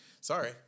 Sorry